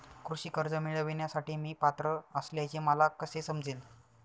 कृषी कर्ज मिळविण्यासाठी मी पात्र असल्याचे मला कसे समजेल?